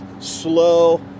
slow